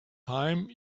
time